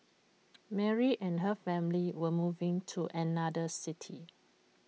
Mary and her family were moving to another city